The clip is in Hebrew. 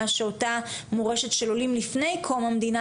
שאותה מורשת של עולים לפני קום המדינה,